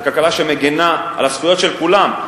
זו כלכלה שמגינה על הזכויות של כולם.